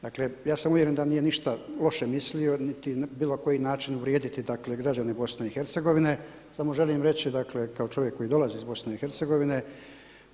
Dakle ja sam uvjeren da nije ništa loše mislio niti na bilo koji način uvrijediti dakle građane BiH, samo želim reći dakle kao čovjek koji dolazi iz BiH-a.